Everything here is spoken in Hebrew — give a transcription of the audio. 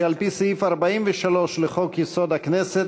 שעל-פי סעיף 43 לחוק-יסוד: הכנסת,